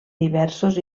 diversos